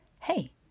hey